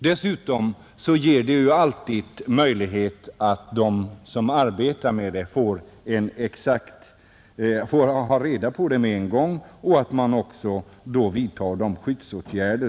Dessutom får då de som arbetar i hamnen omedelbart veta att det är fråga om giftiga ämnen och kan vidta nödvändiga skyddsåtgärder.